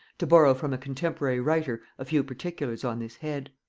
to borrow from a contemporary writer a few particulars on this head.